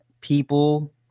people